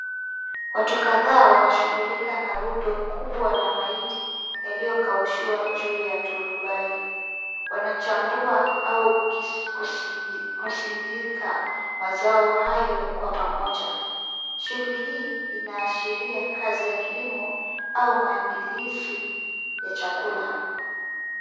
Watu kadhaa wanashughulika na rundo kubwa la mahindi yaliyokaushwa juu ya turubai. Wanachambua au kusindika mazao hayo kwa pamoja. Shughuli hii inaashiria kazi ya kilimo au maandalizi ya chakula.